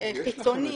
חיצוני?